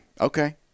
okay